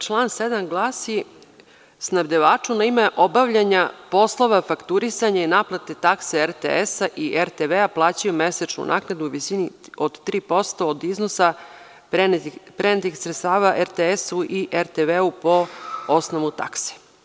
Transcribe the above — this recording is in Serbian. Član 7. glasi: „Snabdevaču na ime obavljanja poslova fakturisanja i naplate takse RTS i RTV plaćaju mesečnu naknadu u visini od 3% od iznosa prenetih sredstava RTS-u i RTV-u po osnovu takse“